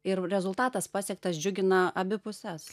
ir rezultatas pasiektas džiugina abi puses